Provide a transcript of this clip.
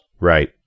Right